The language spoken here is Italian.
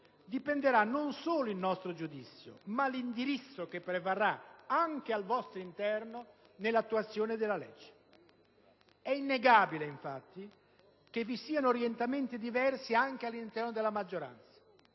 dipenderà non solo il nostro giudizio ma l'indirizzo che prevarrà anche al vostro interno nell'attuazione della legge. È innegabile, infatti, che vi siano orientamenti diversi anche all'interno della maggioranza.